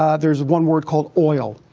ah there's one were called oil.